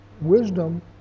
wisdom